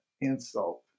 Insult